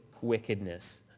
wickedness